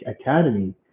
academy